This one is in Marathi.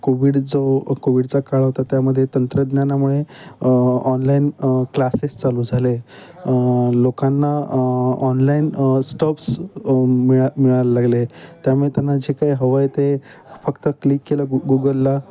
कोविड जो कोविडचा काळ होता त्यामध्ये तंत्रज्ञानामुळे ऑनलाईन क्लासेस चालू झाले लोकांना ऑनलाईन स्टप्स मिळ मिळायला लागले त्यामुळे त्यांना जे काही हवं आहे ते फक्त क्लिक केलं गुगलला